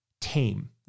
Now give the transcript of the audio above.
tame